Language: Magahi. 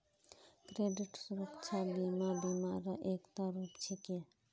क्रेडित सुरक्षा बीमा बीमा र एकता रूप छिके